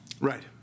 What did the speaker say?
Right